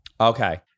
Okay